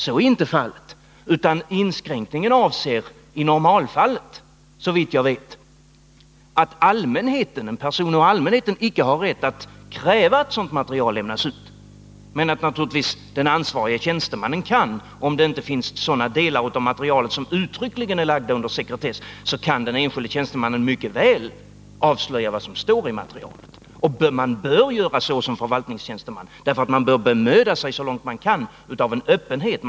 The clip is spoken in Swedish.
Så är inte fallet, utan inskränkningen avser i normalfallet, såvitt jag vet, att en person ur allmänheten icke har rätt att kräva att sådant material lämnas ut men att den ansvarige tjänstemannen naturligtvis, om det inte finns delar av materialet som uttryckligen är lagda under sekretess, mycket väl kan avslöja vad som står i materialet. Och man man bör göra så som förvaltningstjänsteman, eftersom man bör bemöda sig så långt man kan om öppenhet.